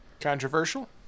Controversial